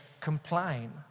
complain